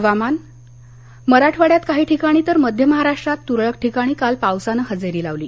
हवामान् मराठवाड्यात काही ठिकाणी तर मध्य महाराष्ट्रात तुरळक ठिकाणी काल पावसानं हजेरी लावली